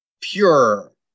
Pure